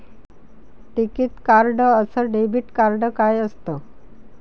टिकीत कार्ड अस debit card काय असत?